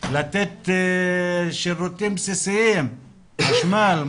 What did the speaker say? לתת שירותים בסיסיים: חשמל,